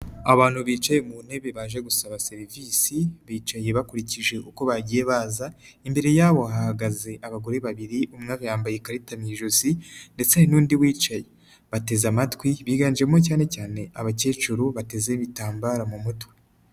Abantu bicaye mu ntebe baje gusaba serivisi, bicaye bakurikije uko bagiye baza, imbere yabo hahagaze abagore babiri, umwe yambaye ikarita mu ijosi ndetse hari n'undi wicaye. Bateze amatwi biganjemo cyane cyane abakecuru, bateze ibitambaro mu mutwe.